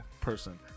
person